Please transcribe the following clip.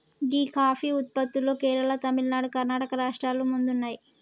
గీ coffee ఉత్పత్తిలో కేరళ, తమిళనాడు, కర్ణాటక రాష్ట్రాలు ముందున్నాయి